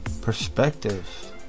perspective